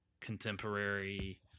contemporary